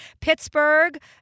Pittsburgh